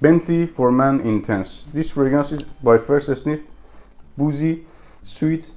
bentley for man intense. this fragrance is by first sniff boozy sweet